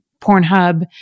Pornhub